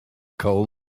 coal